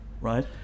right